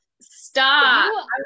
Stop